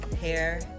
hair